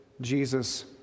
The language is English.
Jesus